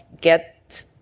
get